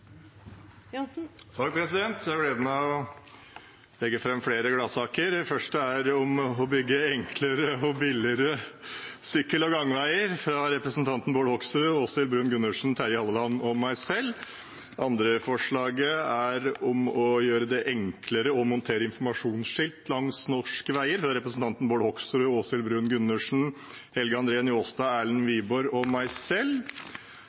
Jeg har gleden av å legge fram flere gladsaker. Det første er et forslag fra representantene Bård Hoksrud, Åshild Bruun-Gundersen, Terje Halleland og meg selv om å bygge enklere og billigere sykkel- og gangveier. Det andre forslaget er fra representantene Bård Hoksrud, Åshild Bruun-Gundersen, Helge André Njåstad, Erlend Wiborg og meg selv om å gjøre det enklere å montere informasjonsskilt langs norske veier.